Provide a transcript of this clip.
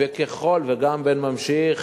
וגם בן ממשיך.